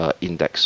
Index